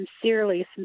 sincerely